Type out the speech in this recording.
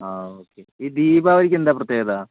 ആ ഓക്കെ ഈ ദീപാവലിക്കെന്താണ് പ്രത്യേകത